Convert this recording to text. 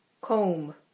Comb